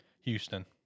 Houston